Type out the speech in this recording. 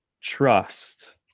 trust